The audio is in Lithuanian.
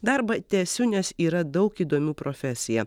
darbą tęsiu nes yra daug įdomių profesija